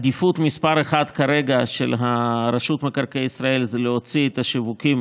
עדיפות מס' אחת כרגע של רשות מקרקעי ישראל זה להוציא את השיווקים